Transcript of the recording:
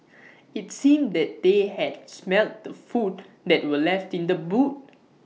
IT seemed that they had smelt the food that were left in the boot